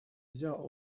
взял